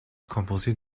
composée